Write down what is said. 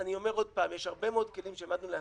אני אומר עוד פעם: יש הרבה מאוד כלים שהעמדנו לעסקים,